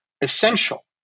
essential